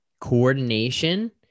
coordination